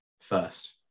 first